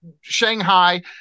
Shanghai